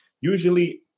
Usually